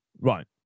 Right